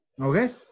Okay